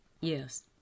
Yes